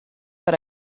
per